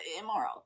immoral